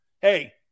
hey